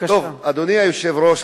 אדוני היושב-ראש,